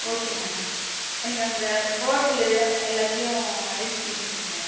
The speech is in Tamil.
ஓகே மேடம் எனக்கு அங்கே ஹோட்டலு எல்லாத்தையும் அரேஞ்ச் பண்ணிக் கொடுக்கணும் மேடம்